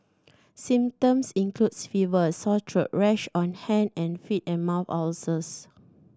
symptoms includes fever sore throat rash on hand and feet and mouth ulcers